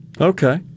Okay